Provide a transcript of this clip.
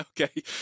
okay